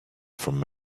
from